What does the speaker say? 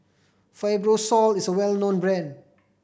Fibrosol is well known brand